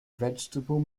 vegetable